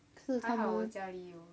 可是差不多